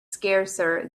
scarcer